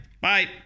bye